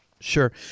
Sure